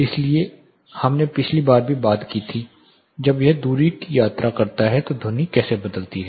इसलिए हमने पिछली बार भी बात की थी जब यह दूरी की यात्रा करता है तो ध्वनि कैसे बदलती है